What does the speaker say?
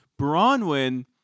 Bronwyn